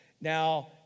Now